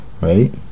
Right